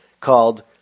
called